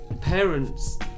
Parents